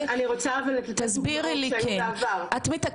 רשות האוכלוסין מתקשרת עם אותם עובדים זרים,